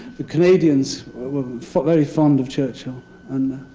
the canadians were very fond of churchill and